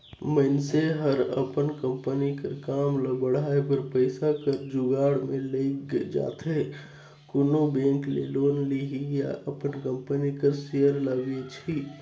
मइनसे हर अपन कंपनी कर काम ल बढ़ाए बर पइसा कर जुगाड़ में लइग जाथे कोनो बेंक ले लोन लिही या अपन कंपनी कर सेयर ल बेंचही